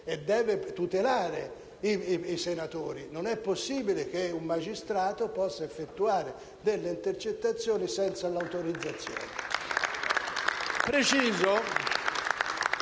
per tutelare i senatori. Non è possibile che un magistrato possa effettuare delle intercettazioni senza autorizzazione.